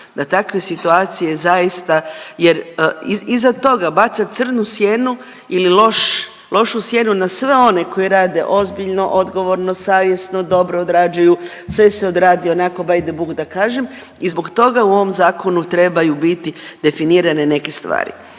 Da takve situacije zaista jer iza toga baca crnu sjenu ili loš, lošu sjenu na sve one koji rade ozbiljno, odgovorno, savjesno, dobro odrađuju, sve si odradio onako by the book da kažem i zbog toga u ovom zakonu trebaju biti definirane neke stvari.